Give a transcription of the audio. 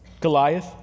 Goliath